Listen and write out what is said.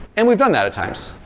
and we've done that at times.